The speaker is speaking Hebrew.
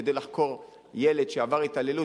כדי לחקור ילד שעבר התעללות,